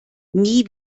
nie